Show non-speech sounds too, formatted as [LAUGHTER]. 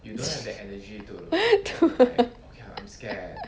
[LAUGHS]